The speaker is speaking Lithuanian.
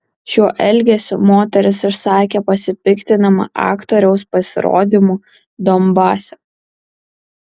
šiuo elgesiu moteris išsakė pasipiktinimą aktoriaus pasirodymu donbase